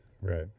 Right